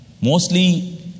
Mostly